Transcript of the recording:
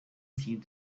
seemed